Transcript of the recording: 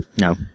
No